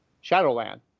Shadowland